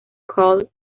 call